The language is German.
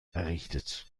errichtet